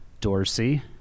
Dorsey